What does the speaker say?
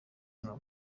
hano